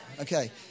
Okay